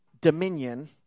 dominion